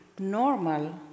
normal